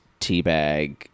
teabag